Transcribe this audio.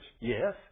Yes